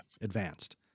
advanced